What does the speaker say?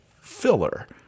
filler